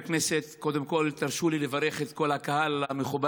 אבל מה לעשות,